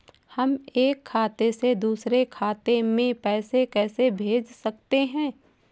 हम एक खाते से दूसरे खाते में पैसे कैसे भेज सकते हैं?